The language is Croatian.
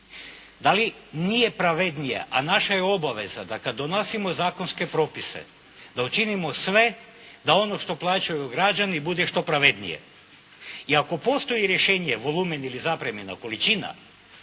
Da li, nije pravednije, a naša je obaveza da kada donosimo zakonske propise, da učinimo sve da ono što plaćaju građani bude što pravednije i ako postoji rješenje, volumen ili zapremljena količina